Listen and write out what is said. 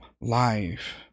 life